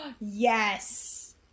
yes